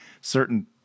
certain